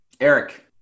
Eric